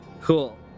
Cool